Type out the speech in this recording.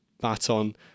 baton